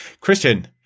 Christian